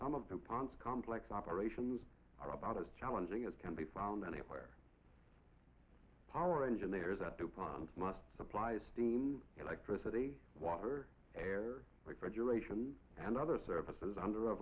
ponds complex operations are about as challenging as can be found anywhere our engineers at dupont must supply a steam electricity water air refrigeration and other services under a